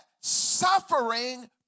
suffering